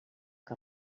que